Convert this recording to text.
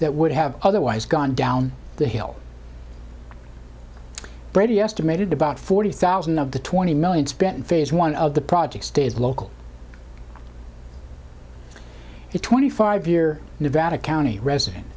that would have otherwise gone down the hill brady estimated about forty thousand of the twenty million spent in phase one of the project stays local it twenty five year nevada county resident